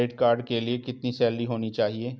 Credit card के लिए कितनी सैलरी होनी चाहिए?